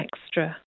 extra